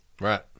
Right